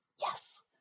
Yes